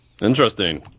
Interesting